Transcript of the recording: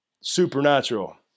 supernatural